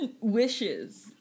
wishes